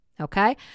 okay